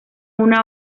una